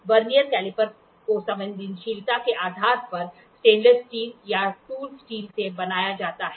vernier caliper को संवेदनशीलता के आधार पर स्टेनलेस स्टील या टूल स्टील से बनाया जाता है